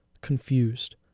Confused